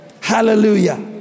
Hallelujah